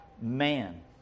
man